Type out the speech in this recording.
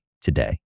today